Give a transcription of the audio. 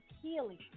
healing